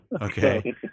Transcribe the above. Okay